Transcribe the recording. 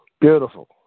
Beautiful